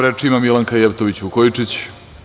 Reč ima Milanka Jevtović Vukojičić.